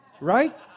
right